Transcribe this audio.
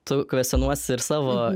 tu kvestionuosi ir savo